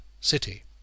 City